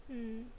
mm